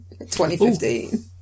2015